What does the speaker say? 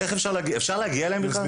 אפשר להגיע אליהם בכלל?